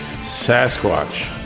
Sasquatch